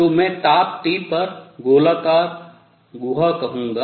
तो मैं ताप T पर गोलाकार गुहा कहूँगा